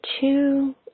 two